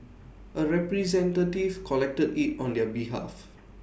A representative collected IT on their behalf